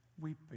weeping